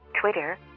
twitter